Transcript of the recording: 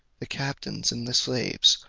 the captain, and the slaves,